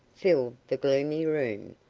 filled the gloomy room,